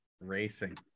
Racing